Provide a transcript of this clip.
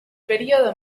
período